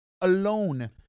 alone